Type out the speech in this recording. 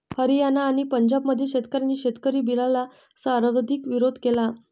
हरियाणा आणि पंजाबमधील शेतकऱ्यांनी शेतकरी बिलला सर्वाधिक विरोध केला